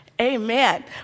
Amen